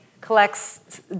collects